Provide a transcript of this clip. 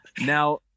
now